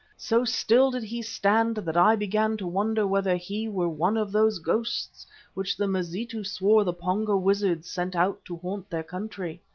so still did he stand that i began to wonder whether he were one of those ghosts which the mazitu swore the pongo wizards send out to haunt their country.